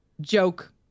joke